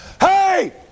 Hey